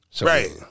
Right